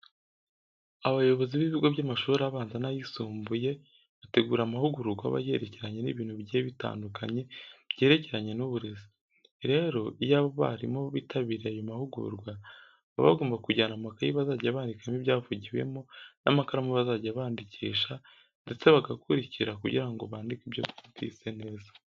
Abayobozi b'ibigo by'amashuri abanza n'ayisumbuye bategura amahugurwa aba yerekeranye n'ibintu bigiye bitandukanye byerekeranye n'uburezi. Rero, iyo aba barimu bitabiriye ayo mahugurwa baba bagomba kujyana amakayi bazajya bandikamo ibyavugiwemo n'amakaramu bazajya bandikisha ndetse bagakurikira kugira ngo bandike ibyo bumvise neza.